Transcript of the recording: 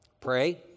Pray